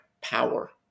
power